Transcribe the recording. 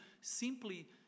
simply